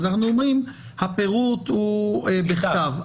אנחנו אומרים שהפירוט הוא בכתב,